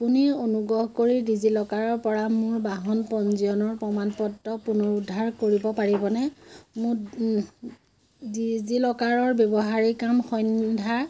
আপুনি অনুগ্ৰহ কৰি ডিজিলকাৰৰপৰা মোৰ বাহন পঞ্জীয়নৰ প্ৰমাণপত্ৰ পুনৰুদ্ধাৰ কৰিব পাৰিবনে মোৰ ডিজিলকাৰ ব্যৱহাৰকাৰী নাম সন্ধ্যা